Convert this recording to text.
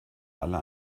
alle